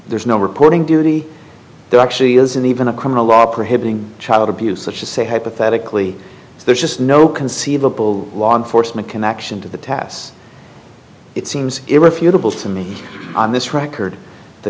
there's no reporting duty there actually isn't even a criminal law prohibiting child abuse such as say hypothetically if there's just no conceivable law enforcement connection to the tass it seems irrefutable to me on this record the